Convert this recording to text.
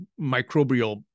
microbial